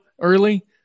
early